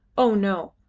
oh, no!